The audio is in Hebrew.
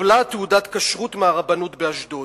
וקיבלה תעודת כשרות מהרבנות באשדוד.